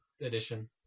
edition